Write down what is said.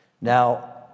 Now